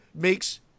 makes